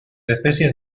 especies